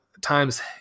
times